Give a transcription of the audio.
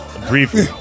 Briefly